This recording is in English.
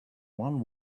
one